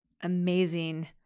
amazing